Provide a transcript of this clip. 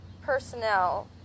personnel